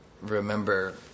remember